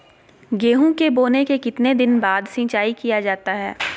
गेंहू के बोने के कितने दिन बाद सिंचाई किया जाता है?